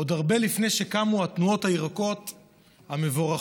עוד הרבה לפני שקמו התנועות הירוקות המבורכות,